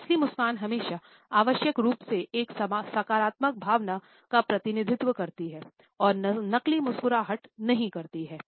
असली मुस्कान हमेशा आवश्यक रूप से एक सकारात्मक भावना का प्रतिनिधित्व करती हैं और नकली मुस्कुराहट नहीं करती हैं